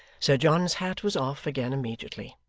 sir john's hat was off again immediately.